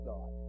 God